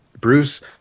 bruce